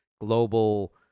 global